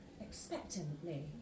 expectantly